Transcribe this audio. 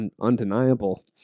undeniable